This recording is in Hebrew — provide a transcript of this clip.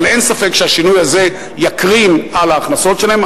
אבל אין ספק שהשינוי הזה יקרין על ההכנסות שלהן,